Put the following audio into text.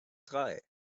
drei